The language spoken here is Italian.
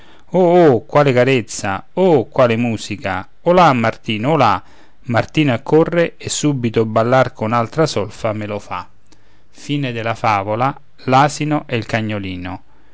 oh quale carezza oh quale musica olà martino olà martino accorre e subito ballar con altra solfa me lo fa a io